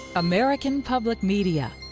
american public media,